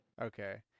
Okay